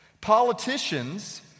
Politicians